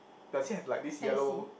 does he have like this yellow